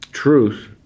Truth